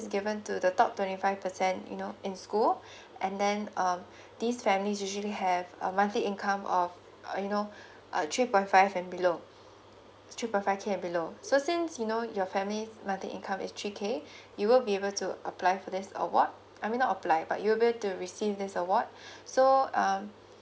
given to the top twenty five percent you know in school and then um this families usually have a monthly income of uh you know uh three point five and below three point five k and below so since you know your family monthly income is three K you will be able to apply for this award I mean not apply but you will to receive this award so um